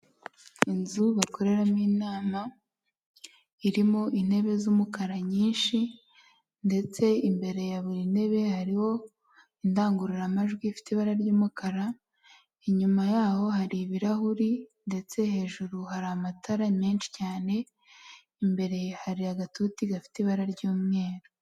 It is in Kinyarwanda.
Inzu bakoreramo inama irimo intebe z'umukara nyinshi ndetse imbere ya buri ntebe hariho indangururamajwi ifite ibara ry'umukara, inyuma yaho hari ibirahuri, ndetse hejuru hari amatara menshi cyane, imbere hari agatuti gafite ibara ry'umweru.